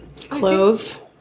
Clove